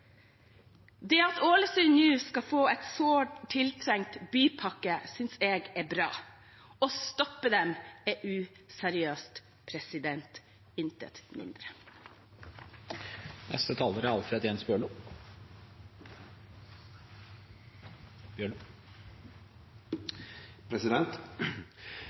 samferdselsministeren. At Ålesund nå skal få en sårt tiltrengt bypakke, synes jeg er bra Å stoppe den er useriøst, intet mindre.